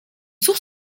sourds